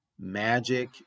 magic